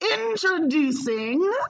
Introducing